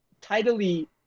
tidily